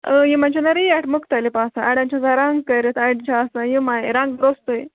اۭں یِمن چھناہ ریٹ مُختٔلِف آسان اَڈیٚن چھِ آسان رَنٛگ کٔرِتھ أڈۍ چھِ آسان یِمَے رَنٛگ روٚستُے